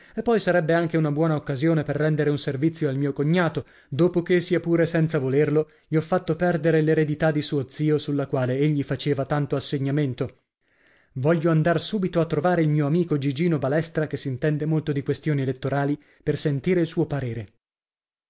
e poi sarebbe anche una buona occasione per rendere un servizio al mio cognato dopo che sia pure senza volerlo gli ho fatto perdere l'eredità di suo zio sulla quale egli faceva tanto assegnamento voglio andar subito a trovare il mio amico gigino balestra che s'intende molto di questioni elettorali per sentire il suo parere